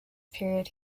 period